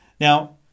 now